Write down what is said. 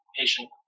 patient